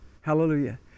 Hallelujah